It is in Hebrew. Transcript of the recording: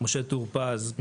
משה טור פז,